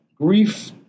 grief